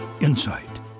insight